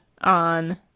on